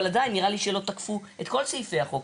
אבל עדיין נראה לי שלא תקפו את כל סעיפי החוק.